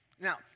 Now